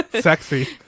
Sexy